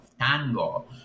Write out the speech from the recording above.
tango